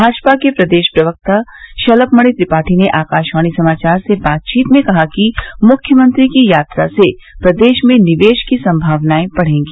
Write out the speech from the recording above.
भाजपा के प्रदेश प्रवक्ता शलभमणि त्रिपाठी ने आकाशवाणी समाचार से बातचीत में कहा कि मुख्यमंत्री की यात्रा से प्रदेश में निवेश की संभावनाएं बढ़ेगी